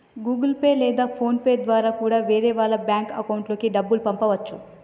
Google Pay లేదా PhonePe ద్వారా కూడా వేరే వాళ్ళ బ్యేంకు అకౌంట్లకి డబ్బుల్ని పంపచ్చు